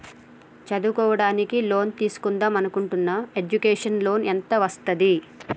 చదువుకోవడానికి లోన్ తీస్కుందాం అనుకుంటున్నా ఎడ్యుకేషన్ లోన్ ఎంత వస్తది?